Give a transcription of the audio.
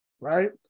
right